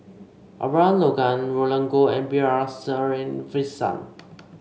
Abraham Logan Roland Goh and B R Sreenivasan